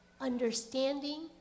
understanding